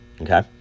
Okay